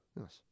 Yes